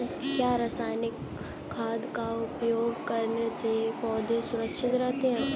क्या रसायनिक खाद का उपयोग करने से पौधे सुरक्षित रहते हैं?